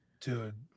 dude